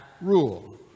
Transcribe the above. rule